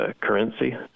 currency